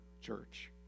church